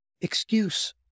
excuse